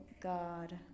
God